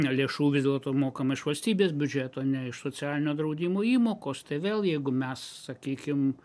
lėšų vis dėlto mokama iš valstybės biudžeto o ne iš socialinio draudimo įmokos tai vėl jeigu mes sakykim